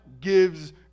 gives